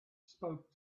spoke